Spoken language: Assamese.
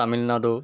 তামিলনাডু